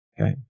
Okay